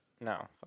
No